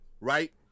right